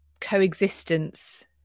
coexistence